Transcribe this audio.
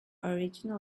original